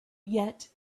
yet